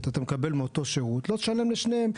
אתה מקבל מאותו שירות לא תשלם לשניהם.